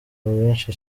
rwinshi